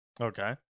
Okay